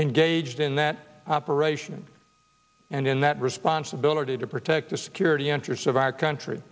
engaged in that operation and in that responsibility to protect the security interests of our country